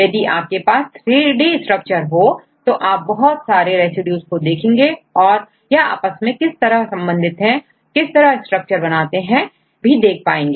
यदि आपके पास 3D स्ट्रक्चर हो तोआप बहुत सारे रेसिड्यूज को देखेंगे और यह आपस में किस तरह संबंधित है किस तरह स्ट्रक्चर बनाते हैं भी देख पाएंगे